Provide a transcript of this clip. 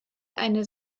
eine